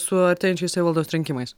su artėjančiais savivaldos rinkimais